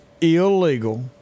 illegal